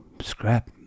scrap